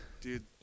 dude